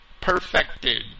perfected